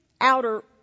outer